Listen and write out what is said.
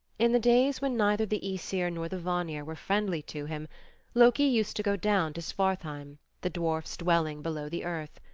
in the days when neither the aesir nor the vanir were friendly to him loki used to go down to svartheim, the dwarfs' dwelling below the earth.